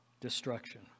destruction